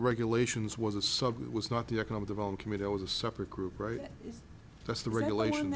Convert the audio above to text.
regulations was a sub was not the economic development i was a separate group right that's the regulation